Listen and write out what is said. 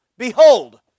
Behold